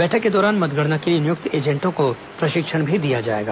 बैठक के दौरान मतगणना के लिए नियुक्त एजेंटों को प्रशिक्षण भी दिया जाएगा